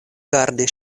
gardi